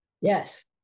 Yes